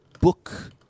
book